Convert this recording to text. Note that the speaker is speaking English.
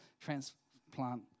transplant